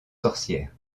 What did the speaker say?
sorcières